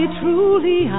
truly